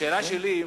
השאלה שלי,